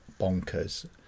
bonkers